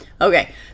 Okay